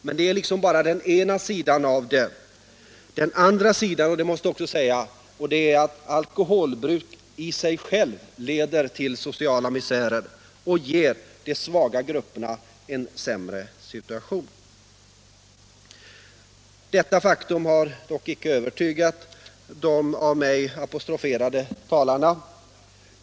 Men det är bara den ena sidan av saken. Det måste också sägas att alkoholbruk i sig självt leder till social misär och försätter de svaga grupperna i en än sämre situation. Detta faktum har dock inte övertygat de av mig apostroferade talarna.